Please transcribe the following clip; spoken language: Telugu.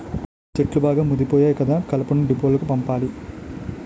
చెట్లు బాగా ముదిపోయాయి కదా కలపను డీపోలకు పంపాలి